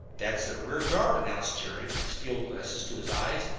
that's their rear guard, announced jerry, with the field glasses to his eyes.